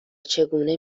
چگونه